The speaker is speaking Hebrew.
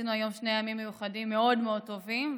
עשינו היום שני ימים מיוחדים מאוד מאוד טובים,